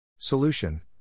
Solution